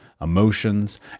emotions